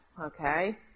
okay